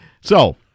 So-